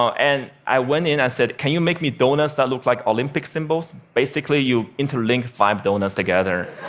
and i went in, i said, can you make me doughnuts that look like olympic symbols? basically, you interlink five doughnuts together.